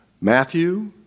Matthew